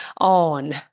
on